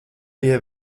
pie